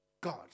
God